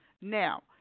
Now